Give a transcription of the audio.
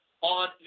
on